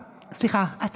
אין.